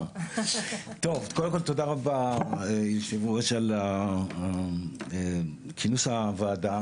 טוב קודם כל תודה רבה היו"ר על כינוס הוועדה